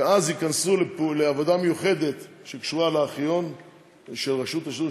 ואז ייכנסו לעבודה מיוחדת שקשורה לארכיון של רשות השידור,